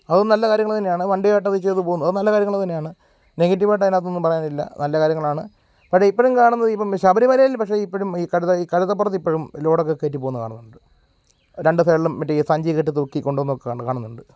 അതും നല്ല കാര്യങ്ങൾ തന്നെയാണ് വണ്ടിയുമായിട്ട് അത് ചെയ്തു പോകുന്നു അതു നല്ല കാര്യങ്ങൾ തന്നെയാണ് നെഗറ്റീവായിട്ട് അതിനകത്തൊന്നും പറയാനില്ല നല്ല കാര്യങ്ങളാണ് പക്ഷെ ഇപ്പോഴും കാണുന്നത് ഇപ്പം ശബരിമലയില് പക്ഷെ ഇപ്പോഴും ഈ കഴുത ഈ കഴുതപ്പുറത്ത് ഇപ്പോഴും ലോഡൊക്കെ കയറ്റി പോകുന്ന കാണുന്നുണ്ട് രണ്ട് സൈഡിലും മറ്റേ ഈ സഞ്ചി കെട്ടിത്തൂക്കി കൊണ്ടുപോവുന്നതൊക്കെ കാണുന്നുണ്ട്